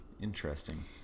Interesting